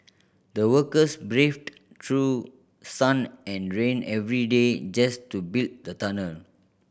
the workers braved through sun and rain every day just to build the tunnel